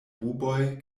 buboj